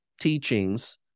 teachings